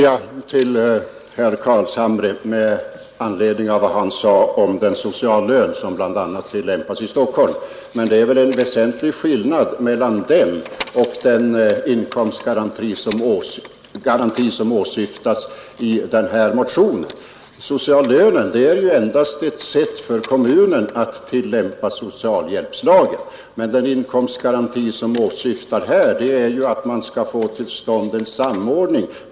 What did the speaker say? Fru talman! Till herr Carlshamre vill jag med anledning av vad han sade om den sociallön som bl.a. tillämpas i Stockholm säga, att det väl är en väsentlig skillnad mellan den och den inkomstgaranti som åsyftas i den här motionen. Sociallönen är ju endast ett sätt för kommunen att tillämpa socialhjälpslagen, men den inkomstgaranti som åsyftas här innebär ju, att man skall få till stånd en samordning.